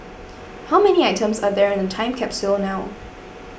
how many items are there in the time capsule now